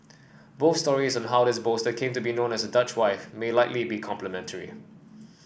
both stories on how this bolster came to be known as Dutch wife may likely be complementary